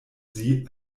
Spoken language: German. sie